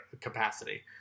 capacity